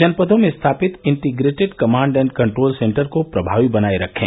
जनपदों में स्थापित integrated command and control centre को प्रभावी बनाये रखें